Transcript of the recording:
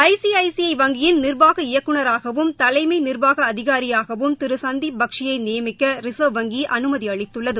I C I C I வங்கியின் நிர்வாக இயக்குநராகவும் தலைமை நிர்வாக அதிகாரியாகவும் திரு சந்தீப் பக்ஷியை நியமிக்க ரிசர்வ் வங்கி அனுமதி அளித்துள்ளது